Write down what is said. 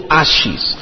ashes